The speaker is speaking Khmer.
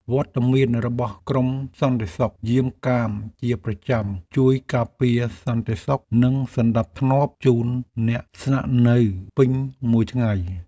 វត្តមានរបស់ក្រុមសន្តិសុខយាមកាមជាប្រចាំជួយការពារសន្តិសុខនិងសណ្តាប់ធ្នាប់ជូនអ្នកស្នាក់នៅពេញមួយថ្ងៃ។